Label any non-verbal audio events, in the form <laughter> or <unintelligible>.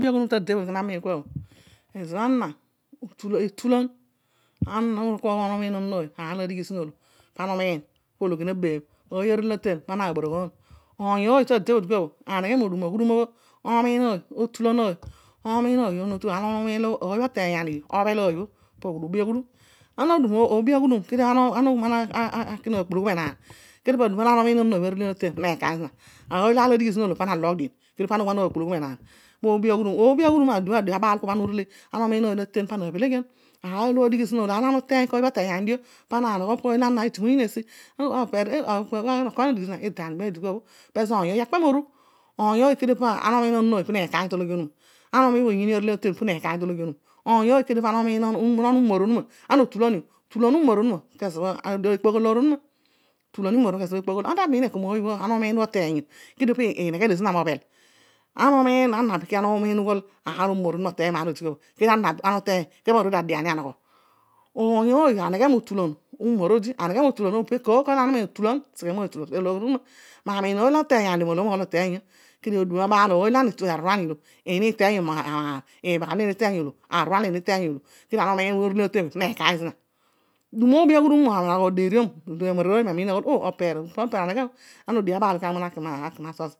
Ta de bhō dikua bhō etulan. Ana uru to yani onon oyoy ana umiin pologhi onuma nabeebh, oiy anele natein pana, naaburughuun. Oiy tadebhō aneghe morugh aghudum do omiin oiy otulan ooy <unintelligible> omiin oiy lo oteiyio obhel oiybhō po oobi aghudim. Oobi aghudum kedio kamem kamem lo ana umiin oiybo anele natein puneekaiy zina, oiylo aar la dighi zina ōolō pana nalogh dien, pana ughol ana naakpulughu menaani <unintelligible> oobi aghudum po ezo bho adiobhō abaal kuabhō ana umiin mooiy pana naabheleghian. Aar lo oiy adighi zina ōolō, aar lo oiybho oteiyio pana nanogho <unintelligible> opeer ido aani miibhaa, pezo oiny ōoy akpe morugh. Oiy ōoy kedio ana umiin onan oiy puneekaiy tologhi onuma, ana umiin bho oiy anele atein puneekaiy talōor oyuma. Ibha ana umiin umor onuma puneekaiy tologhi onuma. Oiy ōoy kedio amiin onon umor onuma kedio otul anio. Tulan umor onuma kezo bhō aloor ōnuma. Ana ta miin eko mooiy bhō oteinyo kedio ana ovadio mobhel? Ana umiin ughool umor onuma oteinyo maan opobho kedio ana oruedio adii ani anogho <unintelligible> oiy ōoy aneghe motulan umor odi, aneghe motulan <unintelligible> ma miin oiy ho oteiyio maloghom aghol oteiyio kedio ezo bho adio bho abaal ō, aruruan iiho, iibaghami lo eena iteiy olo kedio ibha ana umiin bha arele natein puneekaiy ana. Dum ōobi aghudum adeeriom, emararōoy ōbhō emiin eghol aghadum to opeer aneghe ō. Adio bho abaal o kana ughol ana naki machurch.